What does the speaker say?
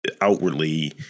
outwardly